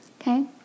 Okay